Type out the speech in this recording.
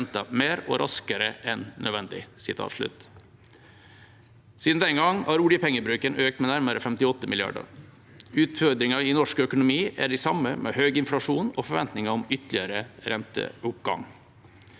mer og raskere enn nødvendig.» Siden den gangen har oljepengebruken økt med nærmere 58 mrd. kr. Utfordringene i norsk økonomi er de samme med høy inflasjon og forventninger om ytterligere renteoppgang.